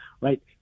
right